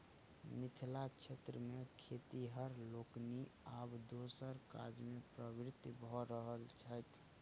मिथिला क्षेत्र मे खेतिहर लोकनि आब दोसर काजमे प्रवृत्त भ रहल छथि